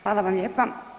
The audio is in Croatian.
Hvala vam lijepa.